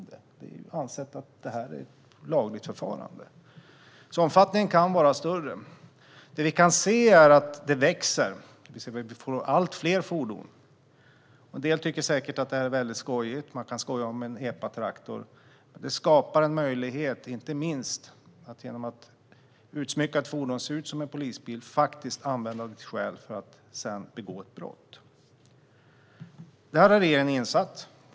Det anses att det är ett lagligt förfarande, så omfattningen kan vara större. Det vi kan se är att det växer. Vi får allt fler fordon. En del tycker säkert att det är väldigt skojigt. Man kan skoja om en Epatraktor. Men det skapar en möjlighet inte minst genom att ett utsmyckat fordon som ser ut som en polisbil kan användas för att sedan begå ett brott. Detta har regeringen insett.